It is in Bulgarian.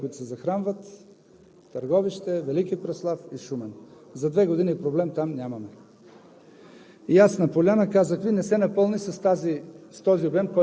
всичката останала вода за две години ще е за гражданите на трите града, които захранва – Търговище, Велики Преслав и Шумен. За две години там проблем нямаме.